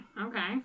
okay